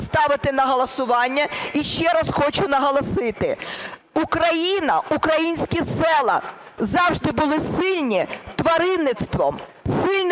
поставити на голосування. І ще раз хочу наголосити: Україна, українські села завжди були сильні тваринництвом, сильними